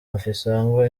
mafisango